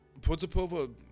Potapova